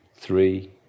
three